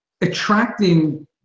attracting